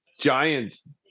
Giants